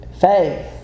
Faith